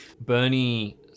bernie